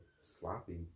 sloppy